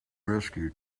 rescue